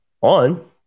on